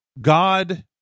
God